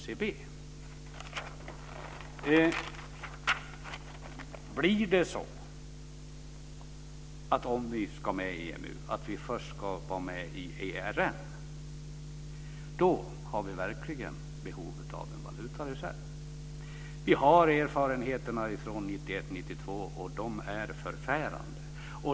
Om det blir så att vi, om vi ska vara med i EMU, först ska vara med i ERM har vi verkligen behov av en valutareserv. Vi har erfarenheterna från 1991 1992, och de är förfärande.